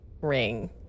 ring